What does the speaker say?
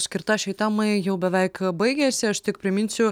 skirta šiai temai jau beveik baigėsi aš tik priminsiu